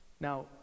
now